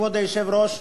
כבוד היושב-ראש,